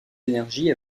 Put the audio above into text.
d’énergie